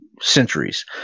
centuries